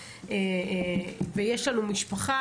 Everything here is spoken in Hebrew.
ויש לנו משפחה